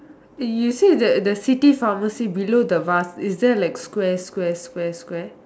eh you say that the city pharmacy below the vase is there like square square square square